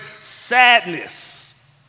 sadness